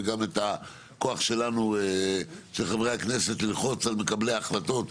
וגם את הכוח של חברי הכנסת ללחוץ על מקבלי ההחלטות,